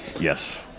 Yes